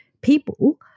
people